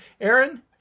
Aaron